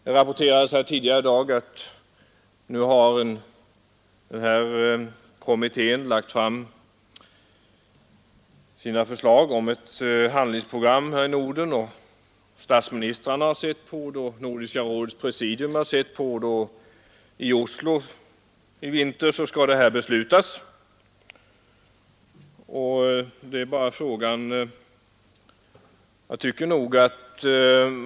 Det rapporterades tidigare i dag att nu har en kommitté lagt fram förslag om ett handlingsprogram för Norden. Statsministrarna och Nordiska rådets presidium har tydligen diskuterat det, och i vinter skall det fattas beslut i Oslo.